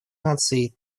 наций